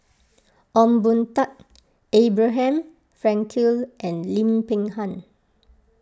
Ong Boon Tat Abraham Frankel and Lim Peng Han